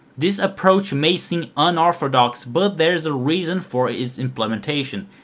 this approach may seen unorthodox but there's a reason for its implementation,